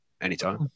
Anytime